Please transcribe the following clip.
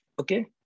Okay